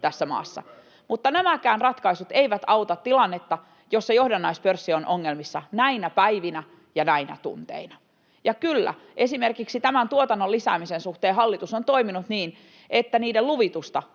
Entä turve?] mutta nämäkään ratkaisut eivät auta tilannetta, jossa johdannaispörssi on ongelmissa näinä päivinä ja näinä tunteina. Ja kyllä, esimerkiksi tämän tuotannon lisäämisen suhteen hallitus on toiminut niin, että niiden luvitusta